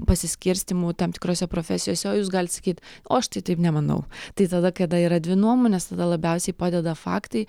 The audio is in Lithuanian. pasiskirstymu tam tikrose profesijose o jūs galit sakyt o aš tai taip nemanau tai tada kada yra dvi nuomonės tada labiausiai padeda faktai